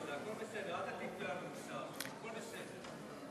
אל תטיפי לנו מוסר, הכול בסדר.